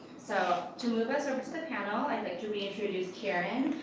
so to move us over to the panel, i'd like to reintroduce kiran,